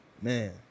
Man